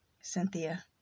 Cynthia